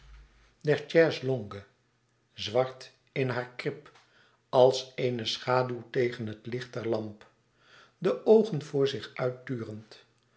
der chaise-longue zwart in haar krip als eene schaduw tegen het licht der lamp de oogen voor zich uit